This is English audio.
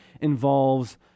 involves